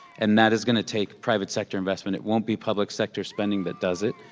and that is gonna take private sector investment. it won't be public sector spending that does it,